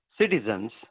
citizens